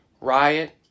Riot